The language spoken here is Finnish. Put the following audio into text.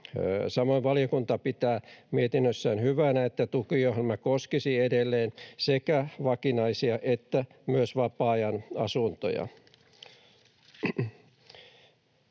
Samoin valiokunta pitää mietinnössään hyvänä, että tukiohjelma koskisi edelleen sekä vakinaisia että myös vapaa-ajan asuntoja.